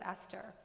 Esther